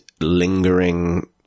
lingering